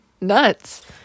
nuts